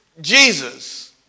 Jesus